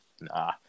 nah